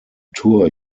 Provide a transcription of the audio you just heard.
tour